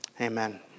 Amen